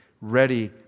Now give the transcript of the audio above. ready